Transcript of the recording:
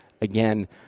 Again